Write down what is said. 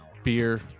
Beer